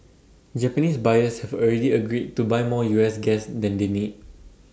Japanese buyers have already agreed to buy more U S gas than they need